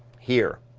here,